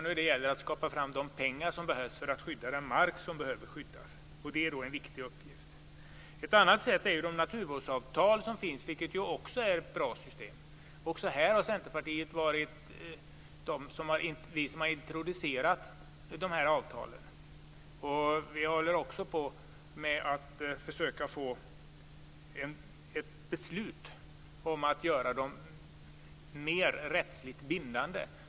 Nu gäller det att få fram de pengar som behövs för att skydda den mark som är i behov av skydd, och det är en viktig uppgift. Ett annat sätt är de naturvårdsavtal som finns, vilket också är ett bra system. Också här är det vi i Centerpartiet som har tagit initiativet för att introducera avtalen. Vi håller dessutom på att försöka att få till stånd ett beslut om att göra naturvårdsavtalen mer rättsligt bindande.